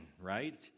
right